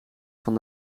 van